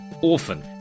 Orphan